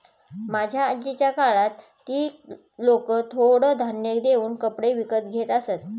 माझ्या आजीच्या काळात ती लोकं थोडं धान्य देऊन कपडे विकत घेत असत